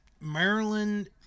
Maryland